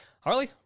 Harley